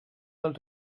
del